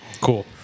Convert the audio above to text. Cool